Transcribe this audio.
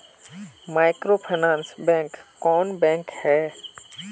Microfinance bank कौन bank है?